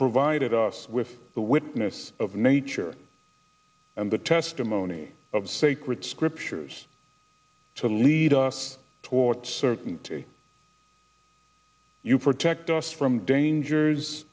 provided us with the witness of nature and the testimony of sacred scriptures to lead us toward certainty you protect us from dangers